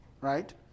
right